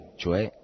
cioè